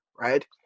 right